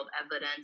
evidence